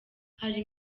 hari